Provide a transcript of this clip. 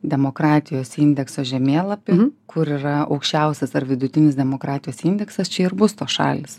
demokratijos indekso žemėlapį kur yra aukščiausias ar vidutinis demokratijos indeksas čia ir bus tos šalys